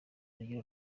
urugero